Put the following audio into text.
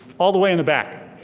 all the way in the back.